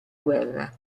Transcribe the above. guerra